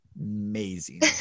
amazing